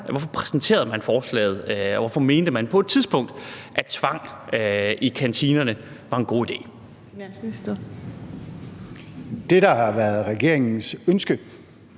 hvorfor præsenterede man forslaget, og hvorfor mente man på et tidspunkt, at tvang i kantinerne var en god idé? Kl. 15:05 Fjerde næstformand